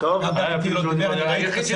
אדוני היושב-ראש,